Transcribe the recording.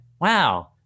wow